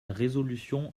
résolution